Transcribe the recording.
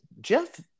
Jeff